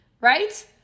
right